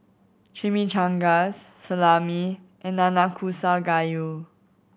Chimichangas Salami and Nanakusa Gayu